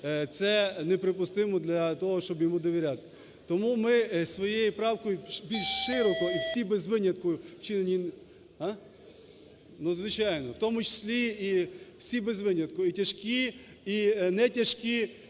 це неприпустимо для того, щоб йому довіряти. Тому ми своєю правкою більш широко – всі без винятку вчинені…